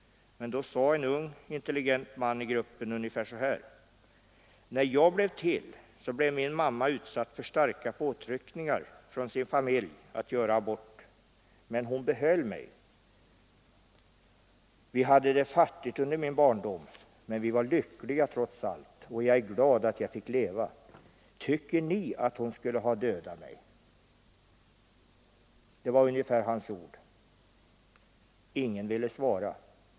Då sade en ung intelligent man i gruppen ungefär så här: När jag blev till, blev min mamma utsatt för starka påtryckningar från sin familj att göra abort. Men hon behöll mig. Vi hade det fattigt under min barndom, men vi var lyckliga trots allt, och jag är glad att jag fick leva. Tycker ni att hon skulle ha dödat mig? Ingen ville svara honom på detta.